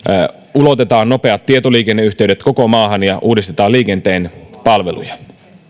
ulotetaan nopeat tietoliikenneyhteydet koko maahan ja uudistetaan liikenteen palveluja